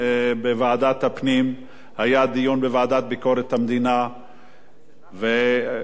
היה דיון בוועדת ביקורת המדינה וגם בוועדת הכלכלה.